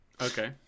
okay